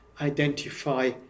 identify